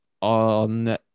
on